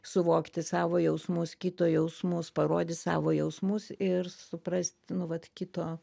suvokti savo jausmus kito jausmus parodyt savo jausmus ir suprast nu vat kito